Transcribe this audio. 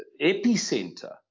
epicenter